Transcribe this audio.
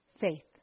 Faith